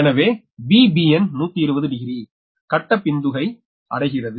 எனவே Vbn 120 degree கட்ட பிந்துகை அடைகிறது